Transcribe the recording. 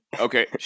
Okay